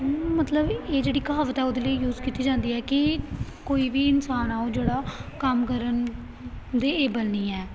ਮਤਲਬ ਇਹ ਜਿਹੜੀ ਕਹਾਵਤ ਆ ਉਹਦੇ ਲਈ ਯੂਜ ਕੀਤੀ ਜਾਂਦੀ ਹੈ ਕਿ ਕੋਈ ਵੀ ਇਨਸਾਨ ਆ ਉਹ ਜਿਹੜਾ ਕੰਮ ਕਰਨ ਦੇ ਇਹ ਬਣੀ ਹੈ